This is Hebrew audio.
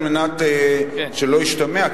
על מנת שלא ישתמע,